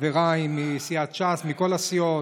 חבריי מסיעת ש"ס ומכל הסיעות.